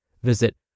Visit